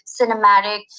cinematic